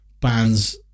bands